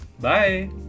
Bye